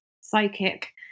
psychic